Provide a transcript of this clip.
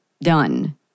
done